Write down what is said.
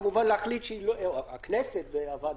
הכנסת והוועדה,